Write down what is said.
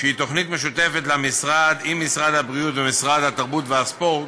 שהיא תוכנית משותפת למשרד עם משרד הבריאות ומשרד התרבות והספורט.